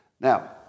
Now